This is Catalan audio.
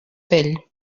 pell